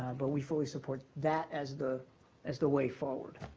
but we fully support that as the as the way forward.